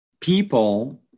people